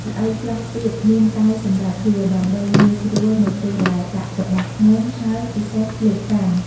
ល្អីខ្លះទៀតមានដៃសម្រាប់យួរ ដើម្បីងាយស្រួលនៅពេលដែលដាក់របស់ធ្ងន់ ហើយពិសេសលើកកាន់។